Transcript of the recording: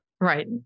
Right